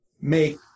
make